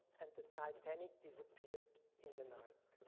and the titanic disappeared in the night.